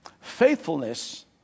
Faithfulness